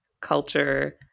culture